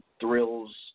Thrills